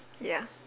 ya